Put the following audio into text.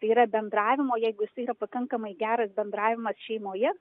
tai yra bendravimo jeigu jisai yra pakankamai geras bendravimas šeimoje